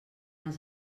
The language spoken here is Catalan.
els